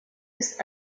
ist